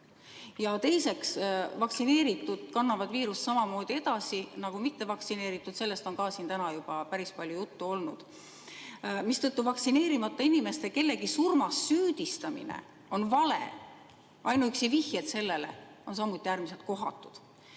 Teiseks, vaktsineeritud kannavad viirust samamoodi edasi nagu mittevaktsineeritud, sellest on ka siin täna juba päris palju juttu olnud, mistõttu vaktsineerimata inimeste kellegi surmas süüdistamine on vale. Ainuüksi vihjed sellele on samuti äärmiselt kohatud.